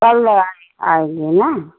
कल आए आएँगे न